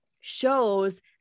shows